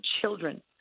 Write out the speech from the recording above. children